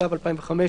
התשס"ו-2005 ,